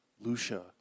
Lucia